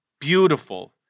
beautiful